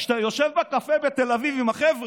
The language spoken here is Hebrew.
כשאתה יושב בקפה בתל אביב עם החבר'ה,